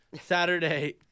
Saturday